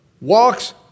walks